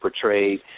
portrayed